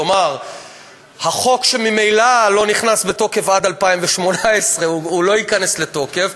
כלומר החוק שממילא לא נכנס לתוקף עד 2018 לא ייכנס לתוקף,